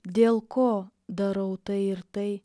dėl ko darau tai ir tai